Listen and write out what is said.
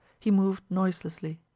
he moved noiselessly.